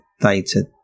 data